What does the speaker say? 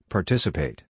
Participate